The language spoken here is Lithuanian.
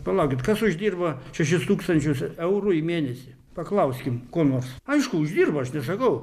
palaukit kas uždirba šešis tūkstančius eurų į mėnesį paklauskim ko nors aišku uždirba aš nesakau